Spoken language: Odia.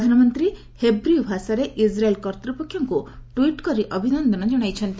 ପ୍ରଧାନମନ୍ତ୍ରୀ ହେବ୍ୟୁ ଭାଷାରେ ଇସ୍ରାଏଲ୍ କର୍ତ୍ତୃପକ୍ଷଙ୍କୁ ଟ୍ୱିଟ୍ କରି ଅଭିନନ୍ଦନ ଜଣାଇଛନ୍ତି